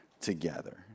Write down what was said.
together